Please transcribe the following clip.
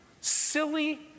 silly